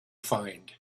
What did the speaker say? find